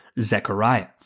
Zechariah